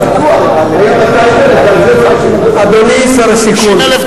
אבל הפיתוח היה 200,000, ועל זה לא היתה שום הנחה.